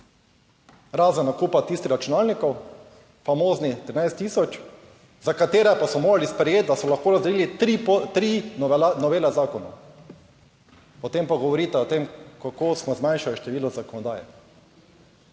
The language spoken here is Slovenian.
razen nakupa tistih računalnikov, famoznih 13 tisoč, za katere pa so morali sprejeti, da so lahko razdelili tri, tri novele zakona, potem pa govorite o tem, kako smo zmanjšali število zakonodaje.